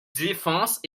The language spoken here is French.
défense